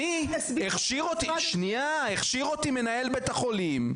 אני הכשיר אותי מנהל בית החולים,